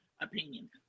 opinion